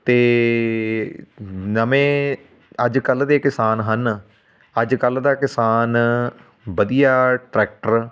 ਅਤੇ ਨਵੇਂ ਅੱਜ ਕੱਲ੍ਹ ਦੇ ਕਿਸਾਨ ਹਨ ਅੱਜ ਕੱਲ੍ਹ ਦਾ ਕਿਸਾਨ ਵਧੀਆ ਟਰੈਕਟਰ